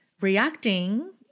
reacting